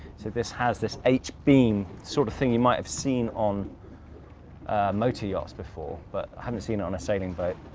so this has this h beam sort of thing, you might have seen on motor yachts before, but i haven't seen on a sailing but